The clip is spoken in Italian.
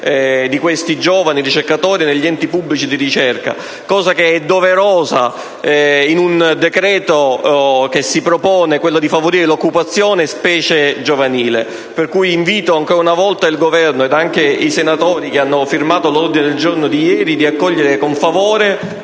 dei giovani ricercatori negli enti pubblici di ricerca. Ciò è doveroso in un decreto che si propone di favorire l'occupazione, specie quella giovanile. Pertanto, invito ancora una volta il Governo ed anche i senatori che hanno firmato l'ordine del giorno G2.100 a valutare con favore